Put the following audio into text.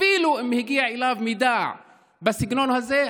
אפילו אם הגיע אליו מידע בסגנון הזה,